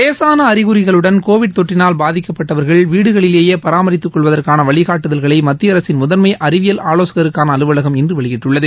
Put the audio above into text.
லேசான அறிகுறிகளுடன் கோவிட் தொற்றினால் பாதிக்கப்பட்டவர்கள் வீடுகளிலேயே பராமரித்துக் கொள்வதற்கான வழிகாட்டுதல்களை மத்திய அரசின் முதன்மை அறிவியல் ஆலோசகருக்கான அலுவலகம் இன்று வெளியிட்டுள்ளது